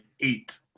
eight